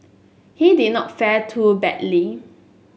he did not fare too badly